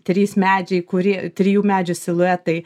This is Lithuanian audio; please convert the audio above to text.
trys medžiai kurie trijų medžių siluetai